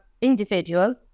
individual